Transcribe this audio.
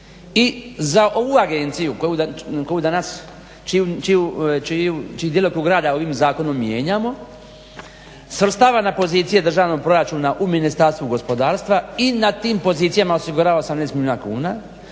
I za ovu agenciju čiji djelokrug rada ovim zakonom mijenjamo svrstava na pozicije državnog proračuna u Ministarstvu gospodarstva i na tim pozicijama osigurava 18 milijuna kuna,